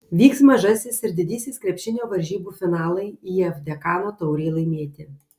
vyks mažasis ir didysis krepšinio varžybų finalai if dekano taurei laimėti